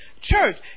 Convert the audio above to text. Church